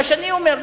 מה שאני אומר,